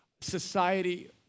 society